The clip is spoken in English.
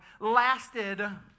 lasted